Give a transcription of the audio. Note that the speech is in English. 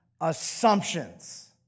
assumptions